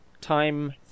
time